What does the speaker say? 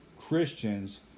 Christians